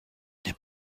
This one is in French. n’est